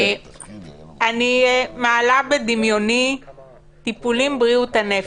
אני מעלה בדמיוני טיפולי בריאות הנפש.